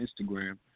Instagram